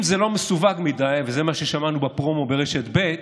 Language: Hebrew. אם זה לא מסווג מדי, וזה מה ששמענו בפרומו ברשת ב'